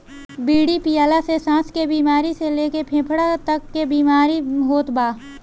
बीड़ी पियला से साँस के बेमारी से लेके फेफड़ा तक के बीमारी होत बा